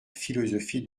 philosophie